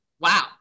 Wow